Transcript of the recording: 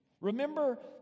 Remember